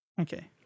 Okay